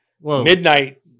midnight